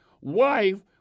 Wife